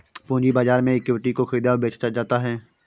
पूंजी बाजार में इक्विटी को ख़रीदा और बेचा जाता है